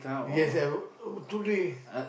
yes I I today